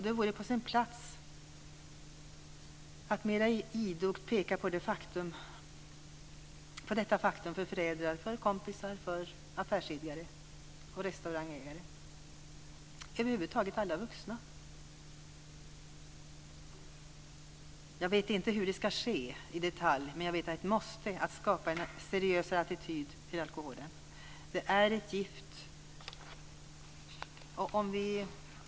Det vore på sin plats att mer idogt peka på detta faktum för föräldrar, för kompisar, för affärsidkare och för restaurangägare, ja, över huvud taget för alla vuxna. Jag vet inte hur detta ska ske i detalj, men vi måste skapa en seriösare attityd till alkoholen. Den är ett gift.